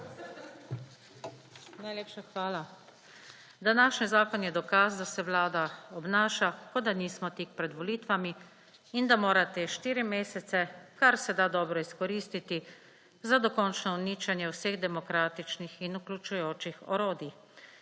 Najlepša hvala. Današnji zakon je dokaz, da se Vlada obnaša, kot da nismo tik pred volitvami in da mora te štiri mesece kar se da dobro izkoristiti za dokončno uničenje vseh demokratičnih in vključujočih orodij.